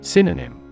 Synonym